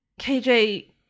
KJ